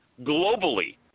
globally